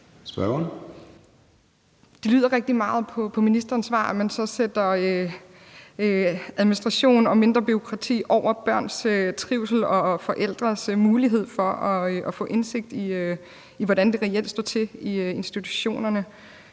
lyder det rigtig meget, som om man så sætter mindre administration og bureaukrati over børns trivsel og forældres mulighed for at få indsigt i, hvordan det reelt står til i institutionerne.